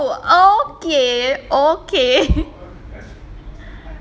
oh oh oh okay okay